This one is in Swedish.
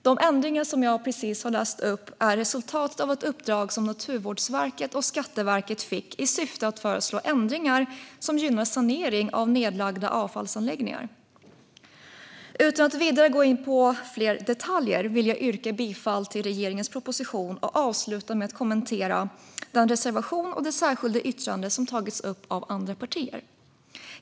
De ändringar jag precis läst upp är resultatet av ett uppdrag som Naturvårdsverket och Skatteverket fick i syfte att föreslå ändringar som gynnar sanering av nedlagda avfallsanläggningar. Utan att vidare gå in på fler detaljer vill jag yrka bifall till regeringens proposition och avsluta med att kommentera den reservation och det särskilda yttrande som tagits upp av andra partier.